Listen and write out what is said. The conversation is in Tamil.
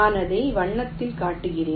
நான் அதை வண்ணத்தில் காட்டுகிறேன்